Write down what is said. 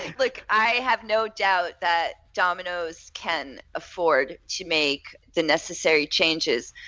like i have no doubt that domino's can afford to make the necessary changes.